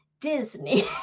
Disney